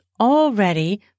already